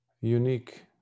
unique